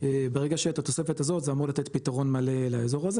ברגע שתהיה התוספת הזאת זה אמור לתת פתרון מלא לאזור הזה,